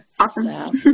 Awesome